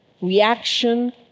reaction